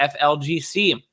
FLGC